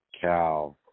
cow